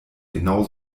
genau